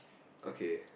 okay